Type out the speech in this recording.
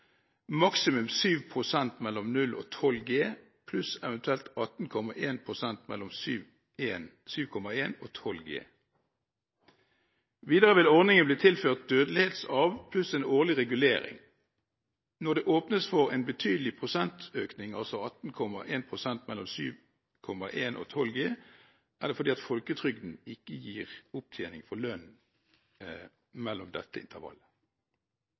maksimum 7 pst. mellom 0 og 12 G pluss eventuelt 18,1 pst. mellom 7,1 og 12 G. Videre vil ordningen bli tilført «dødelighetsarv» pluss en årlig regulering. Når det åpnes for en betydelig prosentøkning, altså 18,1 pst. mellom 7,1 og 12 G, er det fordi folketrygden ikke gir opptjening for lønn mellom dette intervallet.